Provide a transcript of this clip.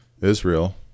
Israel